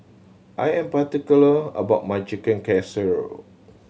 I am particular about my Chicken Casserole